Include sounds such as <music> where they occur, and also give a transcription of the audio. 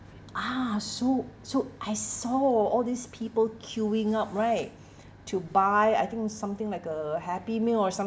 ah so so I saw all these people queuing up right <breath> to buy I think something like a happy meal or some